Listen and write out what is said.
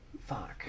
Fuck